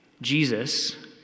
Jesus